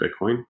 bitcoin